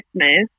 Christmas